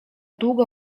długo